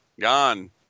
Gone